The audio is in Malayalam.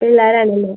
പിള്ളേരാണല്ലേ